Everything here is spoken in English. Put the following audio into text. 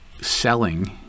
selling